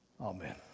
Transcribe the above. Amen